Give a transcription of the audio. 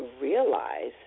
realize